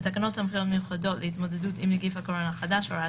סמכויות מיוחדות להתמודדות עם נגיף הקורונה החדש (הוראת